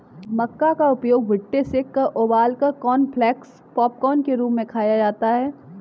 मक्का का उपयोग भुट्टे सेंककर उबालकर कॉर्नफलेक्स पॉपकार्न के रूप में खाया जाता है